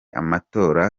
amatora